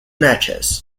natchez